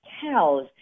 cows